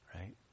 right